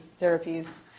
therapies